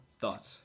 thoughts